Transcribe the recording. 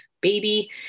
baby